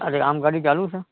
અરે આમ ગાડી ચાલું છે